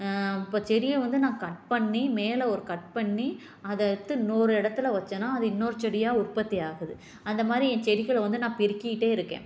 இப்போ செடியை வந்து நான் கட் பண்ணி மேலே ஒரு கட் பண்ணி அதை எடுத்து இன்னொரு இடத்துல வச்சேனா அது இன்னொரு செடியாக உற்பத்தி ஆகுது அந்தமாரி என் செடிகள வந்து நான் பெருக்கிக்கிட்டு இருக்கேன்